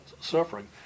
suffering